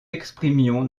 exprimions